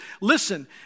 listen